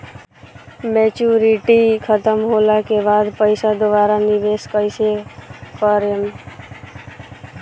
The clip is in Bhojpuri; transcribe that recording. मेचूरिटि खतम होला के बाद पईसा दोबारा निवेश कइसे करेम?